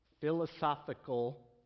philosophical